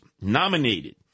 nominated